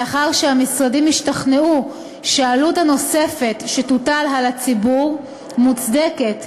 לאחר שהמשרדים השתכנעו שהעלות הנוספת שתוטל על הציבור מוצדקת,